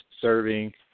serving